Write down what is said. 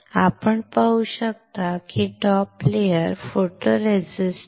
आपण पाहू शकता की टॉप लेयर फोटोरेसिस्ट आहे